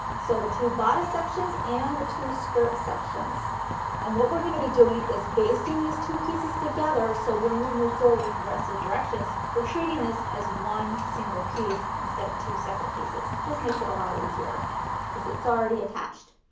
so the two bodice sections and the two skirt sections and what we're going to be doing is basting these two pieces together so when we move forward with the rest of the directions we're treating this as one single piece instead of two separate pieces. it just makes it a lot easier cause it's already attached.